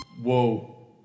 Whoa